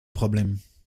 problèmes